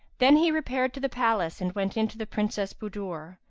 then he repaired to the palace and went in to the princess budur